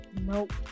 Nope